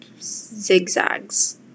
zigzags